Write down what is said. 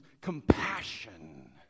compassion